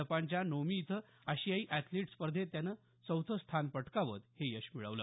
जपानच्या नोमी इथं आशियाई अॅथलिट स्पर्धेत त्यानं चौथं स्थान पटकावत हे यश मिळवलं